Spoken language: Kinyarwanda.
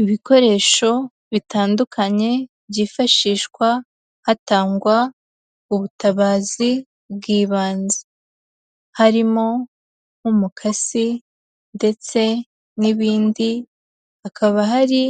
Ibikoresho bitandukanye, byifashishwa hatangwa ubutabazi bw'ibanze. Harimo umukasi ndetse n'ibindi, hakaba hari